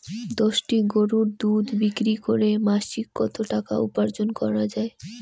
দশটি গরুর দুধ বিক্রি করে মাসিক কত টাকা উপার্জন করা য়ায়?